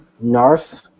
Narf